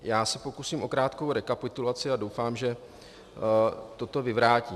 Já se pokusím o krátkou rekapitulaci a doufám, že toto vyvrátím.